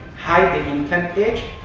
hide the implant edge,